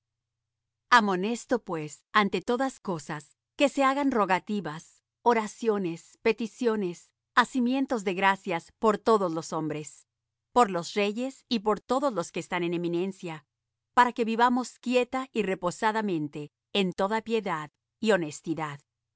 amonesto pues ante todas cosas que se hagan rogativas oraciones peticiones hacimientos de gracias por todos los hombres por los reyes y por todos los que están en eminencia para que vivamos quieta y reposadamente en toda piedad y honestidad